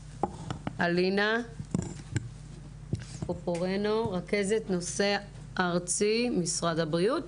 אלינה פופרנו, רכזת נושא ארצי, משרד הבריאות.